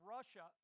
Russia